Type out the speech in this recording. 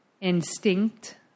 instinct